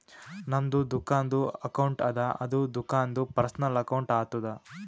ನಮ್ದು ದುಕಾನ್ದು ಅಕೌಂಟ್ ಅದ ಅದು ದುಕಾಂದು ಪರ್ಸನಲ್ ಅಕೌಂಟ್ ಆತುದ